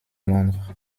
londres